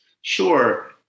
Sure